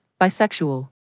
Bisexual